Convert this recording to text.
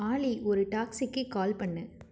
ஆலி ஒரு டாக்ஸிக்கு கால் பண்ணு